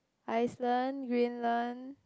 Iceland Greenland